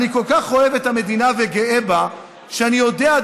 אני כל כך אוהב את המדינה וגאה בה שאני יודע,